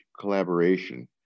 collaboration